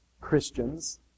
Christians